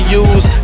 use